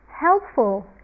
helpful